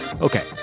Okay